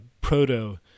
proto